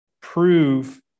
prove